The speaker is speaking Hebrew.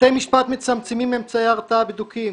בתי משפט מצמצמים אמצעי הרתעה בדוקים.